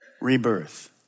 rebirth